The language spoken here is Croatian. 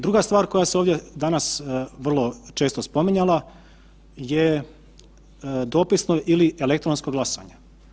Druga stvar koja se ovdje danas vrlo često spominjala, je dopisno ili elektronsko glasovanje.